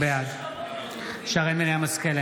בעד שרן מרים השכל,